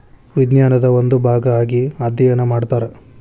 ವಿಜ್ಞಾನದ ಒಂದು ಭಾಗಾ ಆಗಿ ಅದ್ಯಯನಾ ಮಾಡತಾರ